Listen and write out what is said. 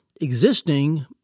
existing